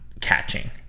catching